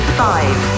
five